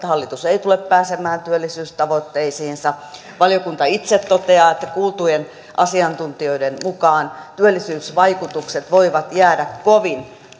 hallitus ei tule pääsemään työllisyystavoitteisiinsa valiokunta itse toteaa että kuultujen asiantuntijoiden mukaan työllisyysvaikutukset voivat jäädä kovin